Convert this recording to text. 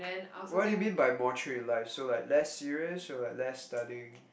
what do you mean by more true in life so like less serious or less studying